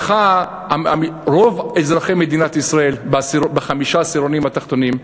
רוב אזרחי מדינת ישראל, בחמשת העשירונים התחתונים,